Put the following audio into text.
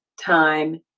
time